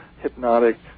hypnotic